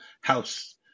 house